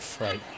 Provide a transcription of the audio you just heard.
right